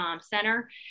center